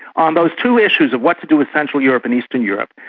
on those two issues of what to do with central europe and eastern europe,